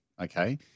Okay